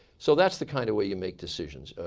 so that's the kind of way you make decisions.